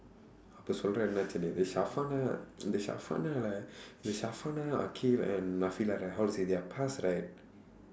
அப்ப சொல்லுற என்ன ஆச்சுன்னு இந்த:appa sollura enna aachsunnu indtha இந்த:indtha இந்த:indtha akhil and right how to say that the past right